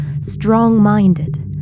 strong-minded